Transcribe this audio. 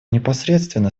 непосредственно